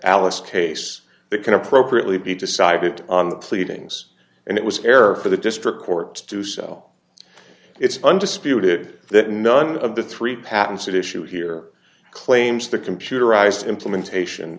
alice case it can appropriately be decided on the pleadings and it was an error for the district court to sell it's undisputed that none of the three patents that issue here claims the computerized implementation